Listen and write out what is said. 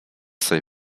sobie